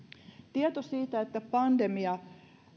tieto siitä että pandemia